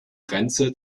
grenze